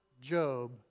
Job